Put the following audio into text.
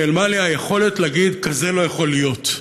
נעלמה לי היכולת להגיד: כזה לא יכול להיות,